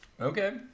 Okay